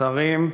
שרים,